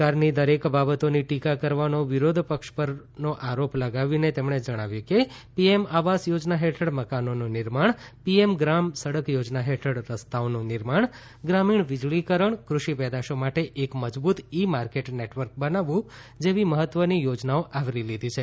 સરકારની દરેક બાબતોની ટીકા કરવાનો વિરોધપક્ષ પર આરોપ લગાવીને તેમણે જણાવ્યું કે પીએમ આવાસ યોજના હેઠળ મકાનોનું નિર્માણ પીએમ ગ્રામ સડક યોજના હેઠળ રસ્તાઓનું નિર્માણ ગ્રામીણ વીજળીકરણ કૃષિ પેદાશો માટે એક મજબુત ઇ માર્કેટ નેટવર્ક બનાવવું જેવી મહત્વની યોજનાઓ આવરી લીધી છે